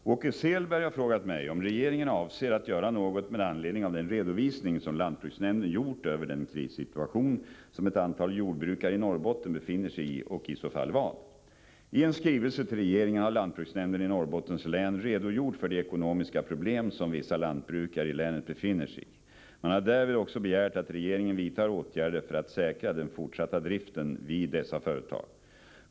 Herr talman! Åke Selberg har frågat mig om regeringen avser att göra något med anledning av den redovisning som lantbruksnämnden gjort över den krissituation som ett antal jordbrukare i Norrbotten befinner sig i och i så fall vad. redogjort för de ekonomiska problem som vissa lantbrukare i länet befinner sig i. Man har därvid också begärt att regeringen vidtar åtgärder för att säkra den fortsatta driften vid dessa företag.